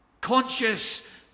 conscious